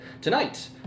tonight